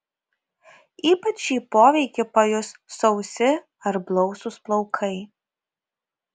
ypač šį poveikį pajus sausi ar blausūs plaukai